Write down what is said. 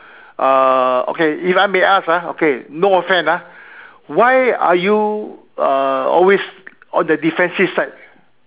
uh okay if I may ask ah okay no offend ah why are you uh always on the defensive side